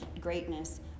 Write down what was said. greatness